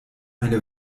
eine